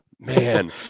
Man